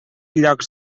llocs